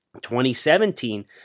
2017